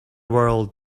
world